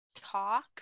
talk